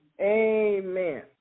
amen